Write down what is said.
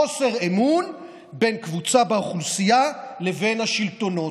חוסר אמון בין קבוצה באוכלוסייה לבין השלטונות,